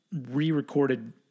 re-recorded